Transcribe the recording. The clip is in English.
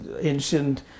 ancient